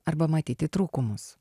arba matyti trūkumus